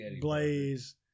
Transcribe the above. Blaze